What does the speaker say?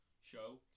show